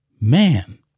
Man